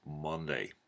Monday